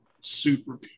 super